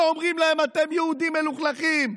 ואומרים להם: אתם יהודים מלוכלכים?